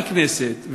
בכנסת,